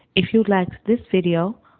if you liked this video,